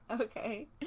Okay